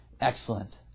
Excellent